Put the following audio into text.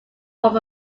from